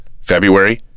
February